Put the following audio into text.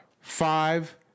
five